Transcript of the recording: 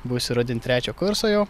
būsiu rudenį trečio kurso jau